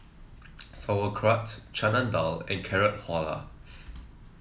Sauerkraut Chana Dal and Carrot Halwa